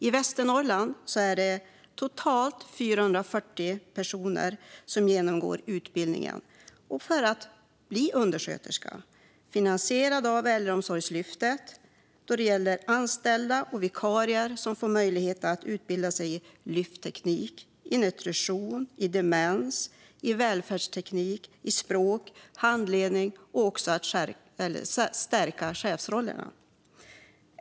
I Västernorrland är det totalt 440 personer som genomgår utbildning finansierad av Äldreomsorgslyftet för att bli undersköterskor. Anställda och vikarier får möjlighet att utbilda sig i lyftteknik, nutrition, demens, välfärdsteknik, språk, handledning och stärkande av chefsrollen.